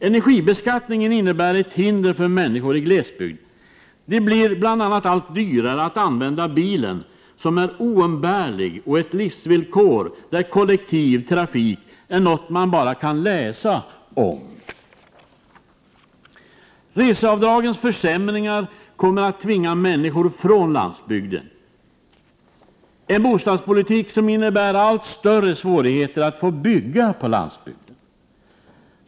— Energibeskattningen innebär ett hinder för människor i glesbygd. Det blir bl.a. allt dyrare att använda bilen — som är oumbärlig och ett livsvillkor där kollektivtrafik är något man bara kan läsa om. — Reseavdragens försämringar kommer att tvinga människor från landsbygden. — Bostadspolitiken innebär allt större svårigheter att få bygga på landsbygden.